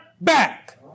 back